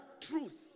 truth